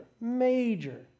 major